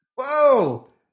Whoa